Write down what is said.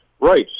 Right